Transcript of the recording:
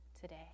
today